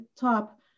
top